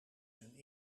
zijn